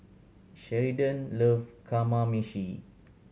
Sheridan love Kamameshi